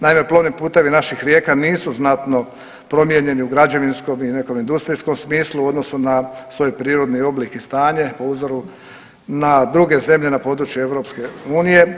Naime plovni putevi naših rijeka nisu znatno promijenjeni u građevinskom i u nekom industrijskom smislu odnosno na svoj prirodi oblik i stanju po uzoru na druge zemlje na području EU.